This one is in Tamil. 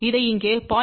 இதை இங்கே 0